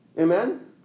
Amen